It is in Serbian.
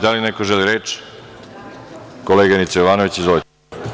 Da li neko želi reč? (Da.) Koleginice Jovanović izvolite.